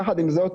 יחד עם זאת,